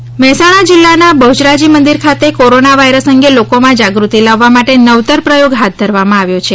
corona જનજાગૃતિ મહેસાણા જીલ્લાના બહ્યરાજી મંદિર ખાતે કોરોના વાઇરસ અંગે લોકોમાં જાગૃતિ લાવવા માટે નવતર પ્રયોગ ફાથ ધરવામાં આવ્યો છે